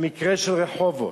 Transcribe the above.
המקרה של רחובות.